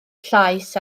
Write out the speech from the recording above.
llaes